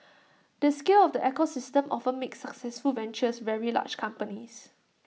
the scale of the ecosystem often makes successful ventures very large companies